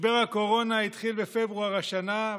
משבר הקורונה התחיל בפברואר השנה,